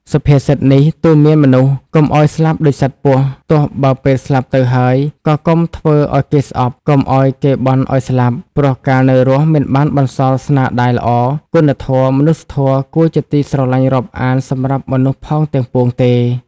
សុភាសិតនេះទូន្មានមនុស្សកុំឲ្យស្លាប់ដូចសត្វពស់ ទោះបើពេលស្លាប់ទៅហើយ ក៏កុំធ្វើឲ្យគេស្អប់ កុំឲ្យគេបន់ឲ្យស្លាប់ ព្រោះកាលនៅរស់មិនបានបន្សល់ស្នាដៃល្អ គុណធម៌ មនុស្សធម៌គួរជាទីស្រឡាញ់រាប់អានសម្រាប់មនុស្សផងទាំងពួងទេ ។